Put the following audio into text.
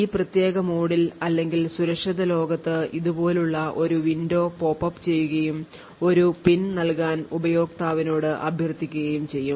ഈ പ്രത്യേക മോഡിൽ അല്ലെങ്കിൽ സുരക്ഷിത ലോകത്ത് ഇതുപോലുള്ള ഒരു വിൻഡോ പോപ്പ് അപ്പ് ചെയ്യുകയും ഒരു PIN നൽകാൻ ഉപയോക്താവിനോട് അഭ്യർത്ഥിക്കുകയും ചെയ്യും